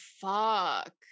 fuck